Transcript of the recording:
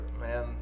Man